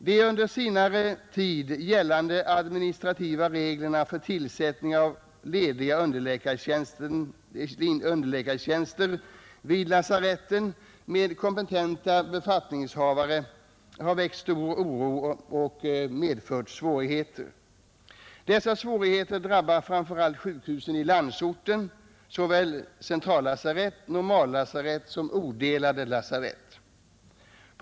De under senare tid gällande administrativa reglerna för tillsättning av lediga underläkartjänster vid lasaretten med kompetenta befattningshavare har väckt stor oro och medfört svårigheter. Dessa svårigheter drabbar framför allt sjukhusen i landsorten — såväl centrallasarett och normallasarett som odelade lasarett.